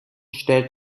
stellt